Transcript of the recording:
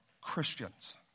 Christians